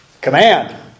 Command